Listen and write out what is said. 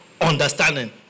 Understanding